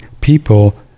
people